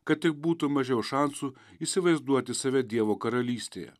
kad tik būtų mažiau šansų įsivaizduoti save dievo karalystėje